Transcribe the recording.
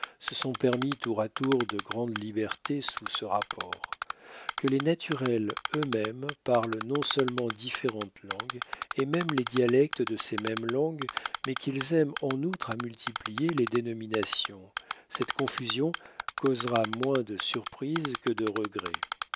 se sont permis tour à tour de grandes libertés sous ce rapport que les naturels eux-mêmes parlent non seulement différentes langues et même les dialectes de ces mêmes langues mais qu'ils aiment en outre à multiplier les dénominations cette confusion causera moins de surprise que de regret